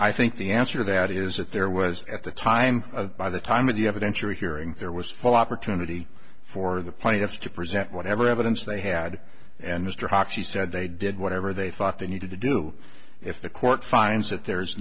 i think the answer to that is that there was at the time by the time of the evidence you're hearing there was full opportunity for the plaintiff to present whatever evidence they had and mr hockey said they did whatever they thought they needed to do if the court finds that there is